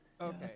Okay